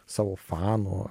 savo fanų